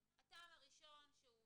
אבל השאלה היא הממונה, נניח,